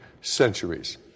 centuries